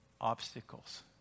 obstacles